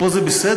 פה זה בסדר,